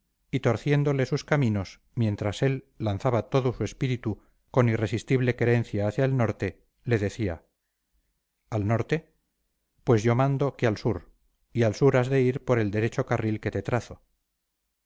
y torciéndole sus caminos mientras él lanzaba todo su espíritu con irresistible querencia hacia el norte le decía al norte pues yo mando que al sur y al sur has de ir por el derecho carril que te trazo